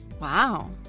Wow